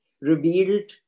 revealed